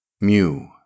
Mew